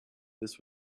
this